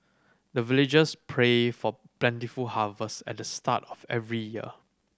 the villagers pray for plentiful harvest at the start of every year